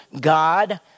God